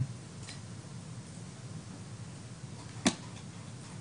מכהן כרב הקהילה הרפורמית באוקראינה.